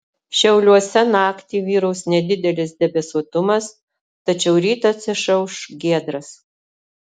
šiauliuose naktį vyraus nedidelis debesuotumas tačiau rytas išauš giedras